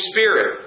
Spirit